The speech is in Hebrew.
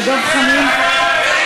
לדב חנין?